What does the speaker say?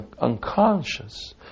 unconscious